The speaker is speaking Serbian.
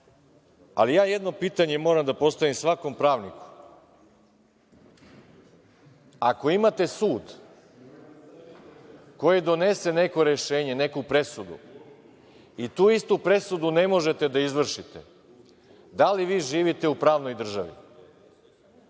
ali ja jedno pitanje moram da postavim svakom pravniku – ako imate sud koji donese neko rešenje, neku presudu i tu istu presudu ne možete da izvršite, da li vi živite u pravnoj državi?